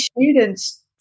students